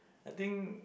I think